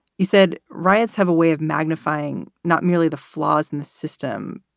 you said riots have a way of magnifying, not merely the flaws in the system,